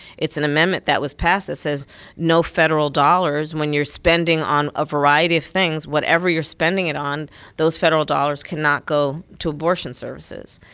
it's an amendment that was passed that says no federal dollars when you're spending on a variety of things whatever you're spending it on those federal dollars cannot go to abortion services.